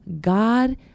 God